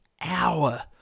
hour